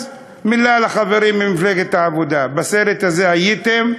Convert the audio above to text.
אז מילה לחברים ממפלגת העבודה: בסרט הזה הייתם,